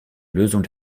lösung